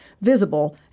visible